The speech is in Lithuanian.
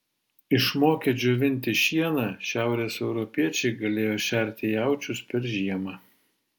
išmokę džiovinti šieną šiaurės europiečiai galėjo šerti jaučius per žiemą